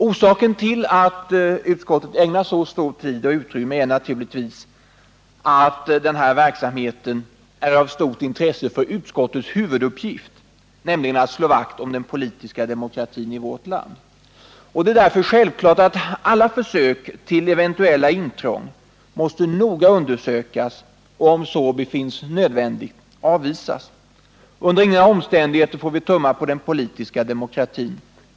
Orsaken till att utskottet har ägnat så lång tid och så stort utrymme åt dagens ärende är naturligtvis att den här verksamheten är av stort intresse med tanke på utskottets huvuduppgift, nämligen att slå vakt om den politiska demokratin i vårt land. Det är därför självklart att alla försök till eventuella intrång noga måste undersökas och om så befinns nödvändigt avvisas. Under inga omständigheter får vi tumma på den politiska demokratin.